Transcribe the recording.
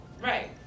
Right